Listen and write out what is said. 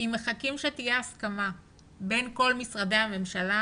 אם מחכים שתהיה הסכמה בין כל משרדי הממשלה,